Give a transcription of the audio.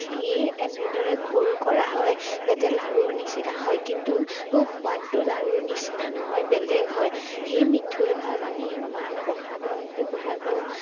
ঠি এনেদৰে গোল কৰা হয় যাতে লাৰুৰ নিচিনা হয় কিন্তু সোৱাদটো লাৰুৰ নিচিনা নহয় বেলেগ হয় সেই মিঠৈভাগ আমি মাহ প্ৰসাদত ব্যৱহাৰ কৰোঁ